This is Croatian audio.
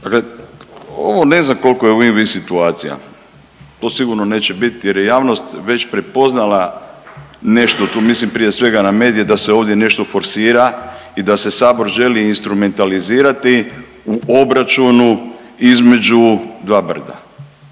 Ovo ne znam koliko je win-win situacija. To sigurno neće biti jer je javnost već prepoznala nešto tu mislim prije svega na medije da se ovdje nešto forsira i da se sabor želi instrumentalizirati u obračunu između dva brda.